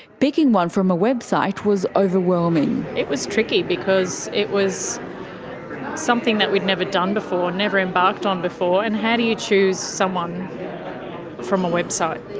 picking one from a website was overwhelming. it was tricky because it was something that we'd never done before, never embarked on before. and how do you choose someone from a website?